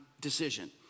decision